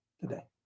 today